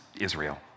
Israel